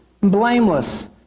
blameless